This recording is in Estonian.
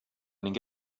ning